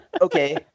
okay